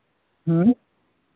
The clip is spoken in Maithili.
हूँ